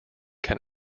can